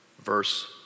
Verse